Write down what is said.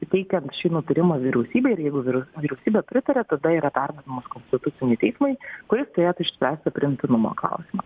teikiant šį nutarimą vyriausybei ir jeigu vyriausybė pritaria tada yra perduodamas konstituciniui teismui kuris turėtų išspręsti priimtinumo klausimą